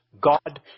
God